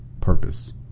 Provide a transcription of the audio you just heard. purpose